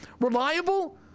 reliable